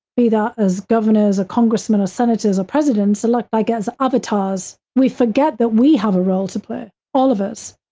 be that as governors or congressmen or senators or presidents or like back as avatars, we forget that we have a role to play, all of us.